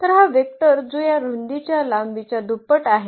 तर हा वेक्टर जो या रुंदीच्या लांबीच्या दुप्पट आहे